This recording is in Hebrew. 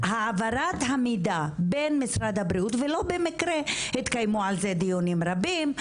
העברת המידע בין משרד הבריאות ולא במקרה התקיימו דיונים רבים,